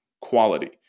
quality